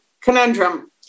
conundrum